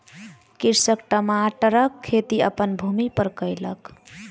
कृषक टमाटरक खेती अपन भूमि पर कयलक